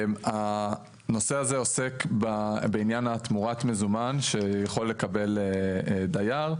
הנושא הזה עוסק בעניין תמורת המזומן שיכול לקבל דייר.